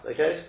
Okay